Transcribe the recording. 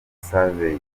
savage